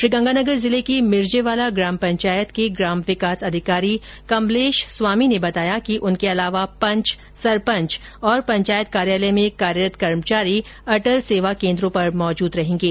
श्रीगंगानगर जिले की मिर्जेवाला ग्राम पंचायत के ग्राम विकास अधिकारी कमलेश स्वामी ने बताया कि उनके अलावा पंच सरपंच और पंचायत कार्यालय में कार्यरत कर्मचारी अटल सेवा केन्द्रों पर मौजूद रहेंगे